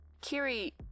kiri